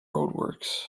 roadworks